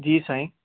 जी साईं